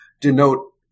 denote